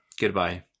goodbye